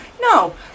No